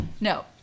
No